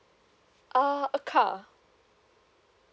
ah a car